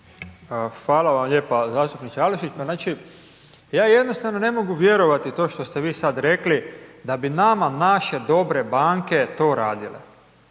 Hvala vam lijepa zastupniče Aleksić, pa znači ja jednostavno ne mogu vjerovati to što ste vi sada rekli da bi nama naše dobre banke to radile.